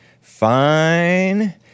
fine